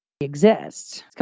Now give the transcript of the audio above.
exists